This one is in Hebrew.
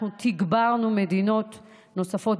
אנחנו תגברנו מדינות נוספות,